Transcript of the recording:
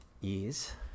years